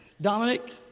Dominic